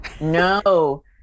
No